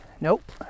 nope